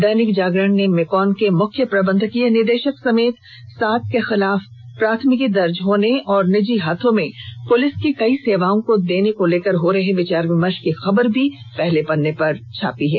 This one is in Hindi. दैनिक जागरण ने मेकॉन के मुख्य प्रबंधकीय निदेशक समेत सात के खिलाफ प्राथमिकी दर्ज होने और निजी हाथों में पुलिस की कई ॅसेवाओं को देने को लेकर हो रहे विचार विमर्श की खबर को पहले पन्ने पर जगह दी है